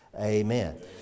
Amen